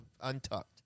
untucked